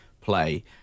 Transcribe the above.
play